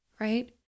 right